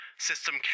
System